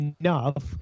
enough